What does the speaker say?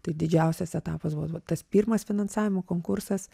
tai didžiausias etapas buvo va tas pirmas finansavimo konkursas